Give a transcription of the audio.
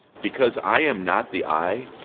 because i am not the eye,